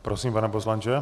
Prosím, pane poslanče.